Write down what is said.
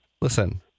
Listen